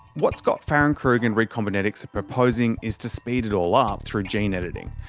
what scott fahrenkrug and recombinetics are proposing is to speed it all up through gene editing.